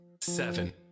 seven